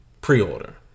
pre-order